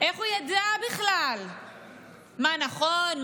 איך הוא ידע בכלל מה נכון,